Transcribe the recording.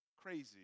crazy